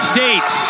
States